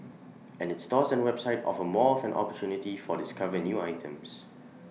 and its stores and website offer more of an opportunity for discover new items